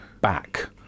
back